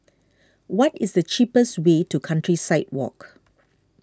what is the cheapest way to Countryside Walk